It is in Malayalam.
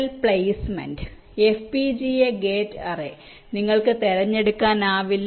cell placement FPGA gate array നിങ്ങൾക്ക് തിരഞ്ഞെടുക്കാനാവില്ല